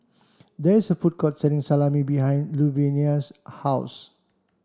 there is a food court selling Salami behind Luvenia's house